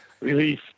release